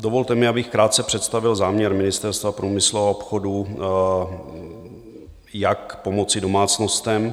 Dovolte mi, abych krátce představil záměr Ministerstva průmyslu a obchodu, jak pomoci domácnostem.